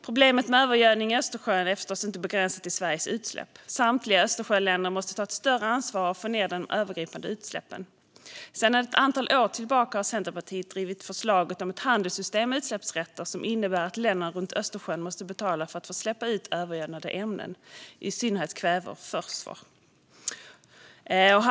Problemet med övergödning i Östersjön är förstås inte begränsat till Sveriges utsläpp. Samtliga Östersjöländer måste ta ett större ansvar och få ned de övergödande utsläppen. Sedan ett antal år tillbaka har Centerpartiet drivit förslaget om ett handelssystem med utsläppsrätter som innebär att länderna runt Östersjön måste betala för att få släppa ut övergödande ämnen, i synnerhet kväve och fosfor.